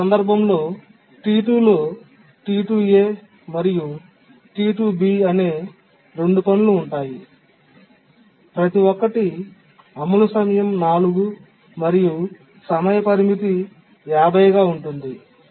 అటువంటి సందర్భంలో T2 లో T2a మరియు T2b అనే 2 పనులు ఉంటాయి ప్రతి ఒక్కటి అమలు సమయం 4 మరియు సమయ పరిమితి 50 గా ఉంటుంది